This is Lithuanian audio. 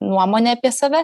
nuomonė apie save